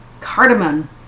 cardamom